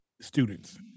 students